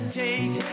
take